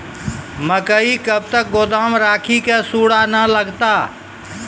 मकई कब तक गोदाम राखि की सूड़ा न लगता?